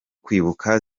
kwibuka